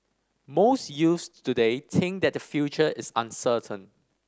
most youths today think that their future is uncertain